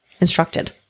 instructed